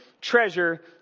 treasure